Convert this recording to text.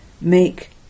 make